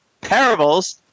Parables